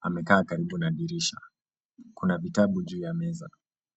Amekaa karibu na dirisha. Kuna vitabu juu ya meza.